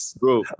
Bro